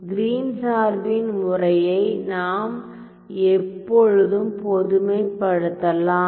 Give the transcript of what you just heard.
கிரீன்Green's சார்பின் முறையை நாம் எப்போதும் பொதுமைப்படுத்தலாம்